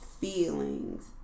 feelings